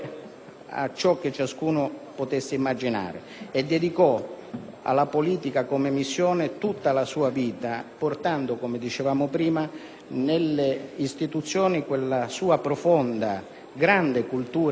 a ciò che ciascuno potesse immaginare. E dedicò alla politica come missione tutta la sua vita portando nelle istituzioni quella sua profonda e grande cultura giuridica e